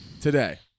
today